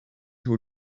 your